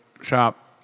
shop